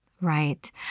Right